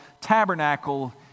tabernacle